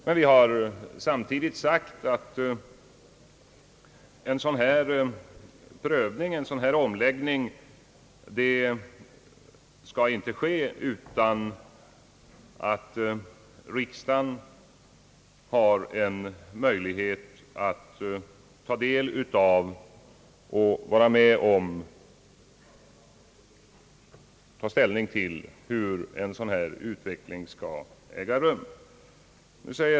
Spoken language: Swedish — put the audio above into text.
Men vi har samtidigt sagt, att en sådan omläggning inte skall ske utan att riksdagen har möjlighet att ta del av och ta ställning till hur en sådan här utveckling skall äga rum.